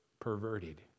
perverted